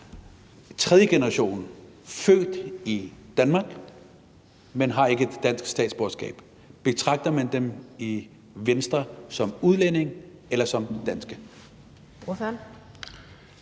generation er født i Danmark, men har ikke dansk statsborgerskab. Betragter man dem i Venstre som udlændinge eller som danske?